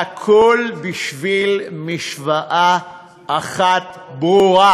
והכול בשביל משוואה אחת ברורה